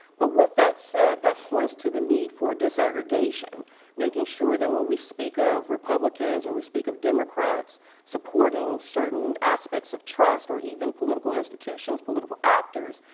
but with that said, that points to the need for disaggregation making sure that when we speak of republicans or we speak of democrats supporting certain aspects of trust or even political institutions political actors,